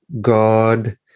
God